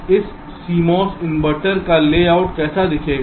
तो यह है कि इस CMOS इन्वर्टर का लेआउट कैसा दिखेगा